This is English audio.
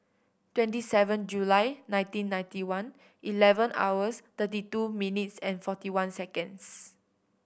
twenty seven July nineteen ninety one eleven hours thirty two minutes and forty one seconds